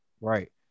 Right